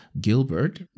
Gilbert